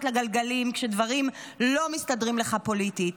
לגלגלים כשדברים לא מסתדרים לך פוליטית?